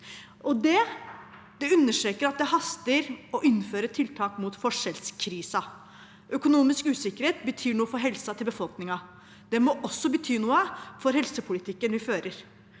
Det understreker at det haster å innføre tiltak mot forskjellskrisen. Økonomisk usikkerhet betyr noe for helsen til befolkningen. Det må også bety noe for helsepolitikken vi fører.